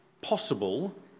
possible